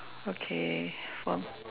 okay form